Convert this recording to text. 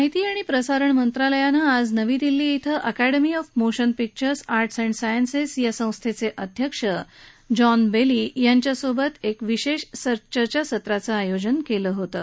माहिती आणि प्रसारण मंत्रालयानं आज नवी दिल्ली इथं academy of motion pictures arts and sciences या संस्थेचे अध्यक्ष जॉन बॅली यांच्यासोबत एका वि शेष चर्चा सत्राचं आयोजन केलं होतं